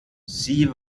sie